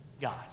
God